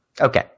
Okay